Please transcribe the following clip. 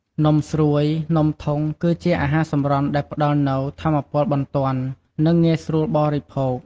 នំស្រួយ នំធុង គឺជាអាហារសម្រន់ដែលផ្តល់នូវ ថាមពលបន្ទាន់ និងងាយស្រួលបរិភោគ។